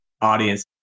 audience